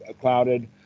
clouded